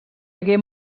hagué